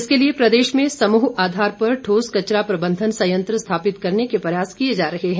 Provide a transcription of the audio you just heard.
इसके लिए प्रदेश में समूह आधार पर ठोस कचरा प्रबंधन सयंत्र स्थापित करने के प्रयास किए जा रहें है